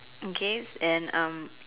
okay and um